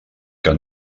que